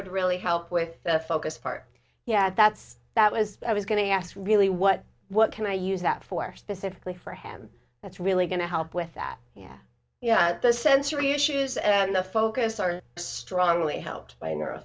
would really help with the focused part yeah that's that was i was going to ask really what what can i use that for specifically for him that's really going to help with that yeah yeah the sensory issues and the focus are strongly helped by n